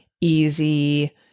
easy